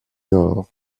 nord